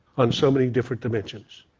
on so many different dimensions.